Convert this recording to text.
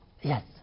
Yes